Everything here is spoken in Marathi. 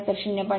तर 0